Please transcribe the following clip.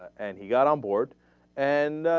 and he got on board and